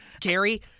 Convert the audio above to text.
Carrie